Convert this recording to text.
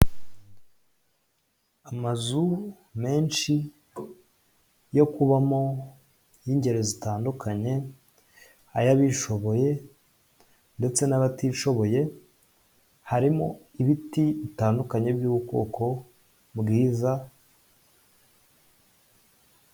Amazu menshi yo kubamo y'ingeri zitandukanye ay'abishoboye ndetse n'abatishoboye harimo ibiti bitandukanye by'ubwoko bwiza.